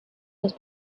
has